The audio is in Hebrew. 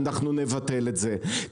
אנחנו נבטל את זה.